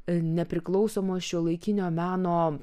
nepriklausomo šiuolaikinio meno